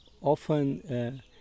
often